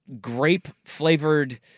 grape-flavored